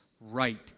right